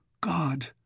God